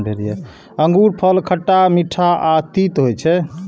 अंगूरफल खट्टा, मीठ आ तीत होइ छै